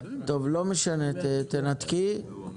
עשו את